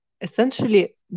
essentially